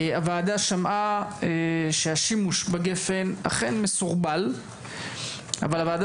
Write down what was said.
הוועדה שמעה שהשימוש בגפ"ן אכן מסורבל אבל הוועדה